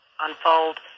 unfold